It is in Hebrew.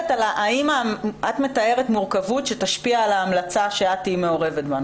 את מתארת מורכבות שתשפיע על ההמלצה שאת תהיה מעורבת בה,